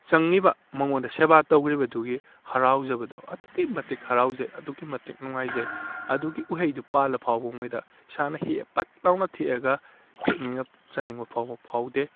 ꯆꯪꯏꯕ ꯃꯥꯉꯣꯟꯗ ꯁꯦꯕꯥ ꯇꯧꯈ꯭ꯔꯤꯕꯗꯨꯒꯤ ꯍꯥꯔꯥꯎꯖꯕꯗꯣ ꯑꯗꯨꯛꯀꯤ ꯃꯇꯤꯛ ꯍꯥꯔꯥꯎꯖꯩ ꯑꯗꯨꯛꯀꯤ ꯃꯇꯤꯛ ꯅꯨꯡꯉꯥꯏꯖꯩ ꯑꯗꯨꯒꯤ ꯎꯍꯩꯗꯨ ꯄꯥꯜꯂꯕ ꯐꯥꯎꯕ ꯃꯣꯏꯗ ꯏꯁꯥꯅ ꯍꯦꯛꯑꯒ ꯄꯠ ꯂꯥꯎꯅ ꯊꯦꯛꯑꯒ ꯍꯦꯛꯅꯤꯡꯕ ꯆꯥꯅꯤꯡꯕ ꯐꯥꯎꯕ ꯐꯥꯎꯗꯦ